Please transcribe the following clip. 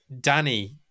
Danny